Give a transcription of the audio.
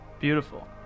Beautiful